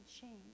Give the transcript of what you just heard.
change